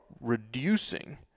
reducing